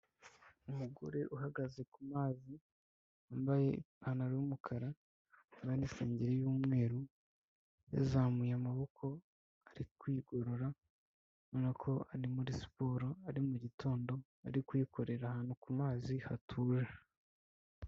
Umugore uhagaze ku mazi wambaye ipantaro y'umukara hamwe n'isengeri y'umweru, yazamuye amaboko ari kwigorora ubona ko ari muri siporo, ari mu gitondo, ari kuyikorera ahantu ku mazi hatuje.